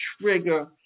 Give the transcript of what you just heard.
trigger